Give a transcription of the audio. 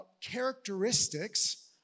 characteristics